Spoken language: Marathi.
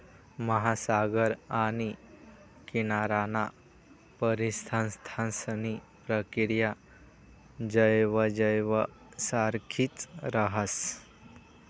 महासागर आणि किनाराना परिसंस्थांसनी प्रक्रिया जवयजवय सारखीच राहस